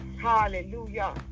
Hallelujah